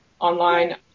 online